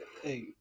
hey